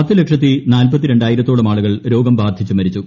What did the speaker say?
പത്ത് ലക്ഷത്തി നാല്പത്തിരണ്ടായിരത്തോളം ആളുകൾ രോഗം ബാധിച്ച് മരിച്ചു